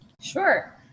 Sure